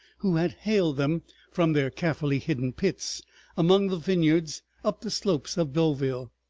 who had hailed them from their carefully hidden pits among the vineyards up the slopes of beauville.